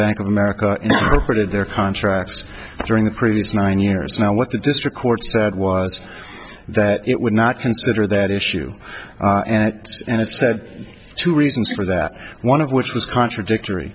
bank of america did their contracts during the previous nine years now what the district court said was that it would not consider that issue and it said two reasons for that one of which was contradictory